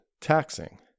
taxing